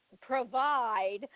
provide